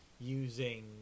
using